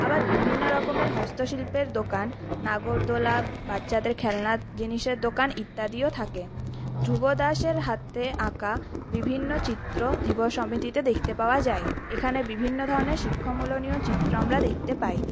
আবার বিভিন্ন রকমের হস্তশিল্পের দোকান নাগরদোলা বাচ্চাদের খেলনা জিনিসের দোকান ইত্যাদিও থাকে ধ্রুব দাসের হাতে আঁকা বিভিন্ন চিত্র ধীবর সমিতিতে দেখতে পাওয়া যায় এখানে বিভিন্ন ধরনের শিক্ষামূলনীয় চিত্র আমরা দেখতে পাই